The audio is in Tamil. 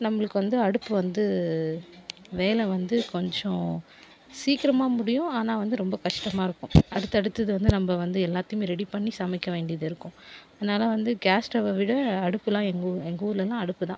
நம்பளுக்கு வந்து அடுப்பு வந்து வேலை வந்து கொஞ்சம் சீக்கிரமாக முடியும் ஆனால் வந்து ரொம்ப கஷ்டமாக இருக்கும் அடுத்து அடுத்தது வந்து நம்ப வந்து எல்லாத்தையுமே ரெடி பண்ணி சமைக்க வேண்டிதிருக்கும் அதனால் வந்து கேஸ் ஸ்டவ்வை விட அடுப்புலாம் எங்கள் ஊ எங்கள் ஊருலலாம் அடுப்பு தான்